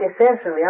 Essentially